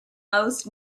most